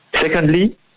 Secondly